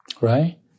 right